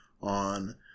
on